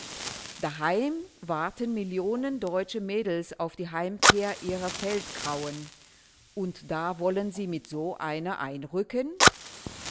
daheim warten millionen deutsche mädels auf die heimkehr ihrer feldgrauen und da wollen sie mit so einer einrücken